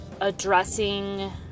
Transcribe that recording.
addressing